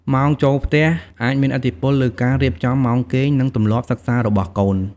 ម៉ោងចូលផ្ទះអាចមានឥទ្ធិពលលើការរៀបចំម៉ោងគេង និងទម្លាប់សិក្សារបស់កូន។